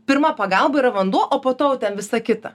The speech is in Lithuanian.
pirma pagalba yra vanduo o po to jau ten visa kita